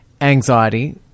anxiety